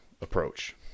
approach